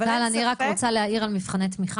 אבל אין ספק --- טל אני רק רוצה להעיר על מבחני תמיכה.